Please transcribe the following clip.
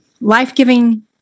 life-giving